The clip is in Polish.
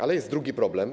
Ale jest drugi problem.